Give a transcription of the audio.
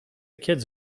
kids